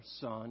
son